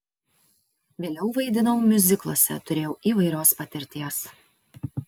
vėliau vaidinau miuzikluose turėjau įvairios patirties